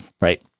right